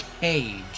Cage